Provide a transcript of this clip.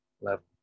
level